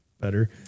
better